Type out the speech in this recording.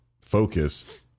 focus